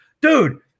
Dude